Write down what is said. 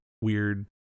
weird